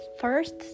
first